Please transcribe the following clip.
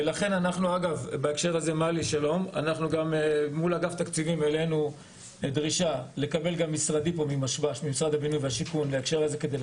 ולכן אנחנו העלנו מול אגף תקציבים דרישה לקבל את זה כדי להשלים.